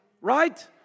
right